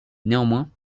néanmoins